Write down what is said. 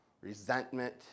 resentment